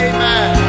Amen